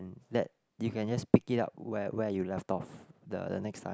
let you can just pick it up where where you left off the the next time